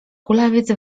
kulawiec